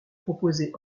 proposés